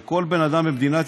בגין,